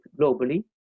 globally